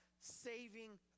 saving